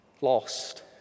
lost